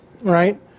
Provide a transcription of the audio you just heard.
right